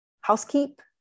housekeep